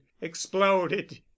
exploded